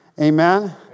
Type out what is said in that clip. Amen